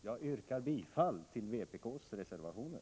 Jag yrkar bifall till vpk:s reservationer.